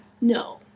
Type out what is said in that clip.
No